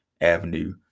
avenue